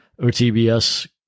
OTBS